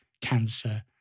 cancer